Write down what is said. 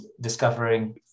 discovering